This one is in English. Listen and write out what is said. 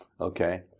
okay